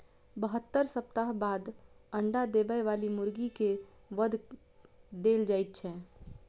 बहत्तर सप्ताह बाद अंडा देबय बाली मुर्गी के वध देल जाइत छै